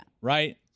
Right